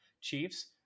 Chiefs